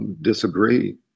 disagree